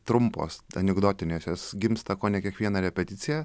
trumpos anekdotinės jos gimsta kone kiekvieną repeticiją